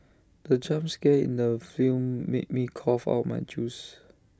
the jump scare in the film made me cough out my juice